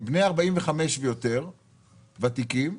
בני 45 ויותר, ותיקים,